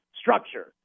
structure